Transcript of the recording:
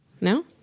No